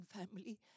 family